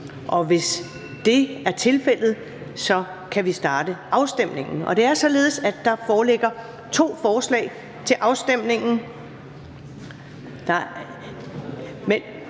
Hvis det er tilfældet, kan vi starte afstemningen. Det er således, at der foreligger to forslag til vedtagelse.